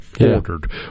ordered